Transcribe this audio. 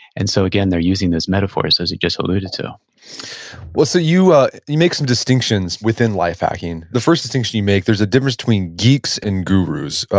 and so again, they're using those metaphors, as you just alluded to ah you ah you make some distinctions within life hacking. the first distinction you make, there's a difference between geeks and gurus.